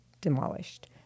demolished